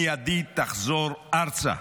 מיידית תחזור ארצה.